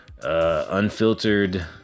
unfiltered